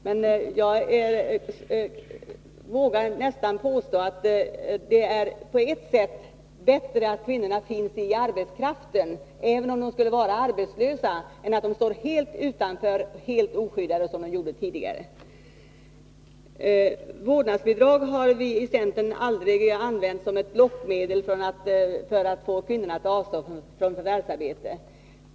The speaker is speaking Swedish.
Men jag vågar nog påstå att det på ett sätt är bättre att kvinnorna finns i arbetskraften — även om de skulle vara arbetslösa — än att de står helt utanför, är helt oskyddade, som var fallet tidigare. Vårdnadsbidrag har vi i centern aldrig använt som ett lockmedel för att få kvinnorna att avstå från förvärvsarbete.